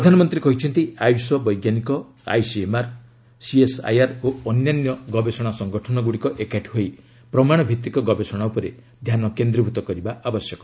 ପ୍ରଧାନମନ୍ତ୍ରୀ କହିଛନ୍ତି ଆୟୁଷ ବୈଜ୍ଞାନିକ ଆଇସିଏମ୍ଆର୍ ସିଏସ୍ଆଇଆର୍ ଓ ଅନ୍ୟାନ୍ୟ ଗବେଷଣା ସଂଗଠନଗୁଡ଼ିକ ଏକାଠି ହୋଇ ପ୍ରମାଣଭିଭିକ ଗବେଷଣା ଉପରେ ଧ୍ୟାନ କେନ୍ଦ୍ରୀଭୂତ କରିବା ଆବଶ୍ୟକ